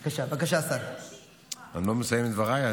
אני לא מסיים את דבריי.